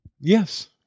Yes